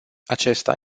acesta